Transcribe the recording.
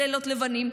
בלילות לבנים,